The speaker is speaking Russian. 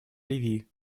ливии